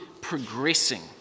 progressing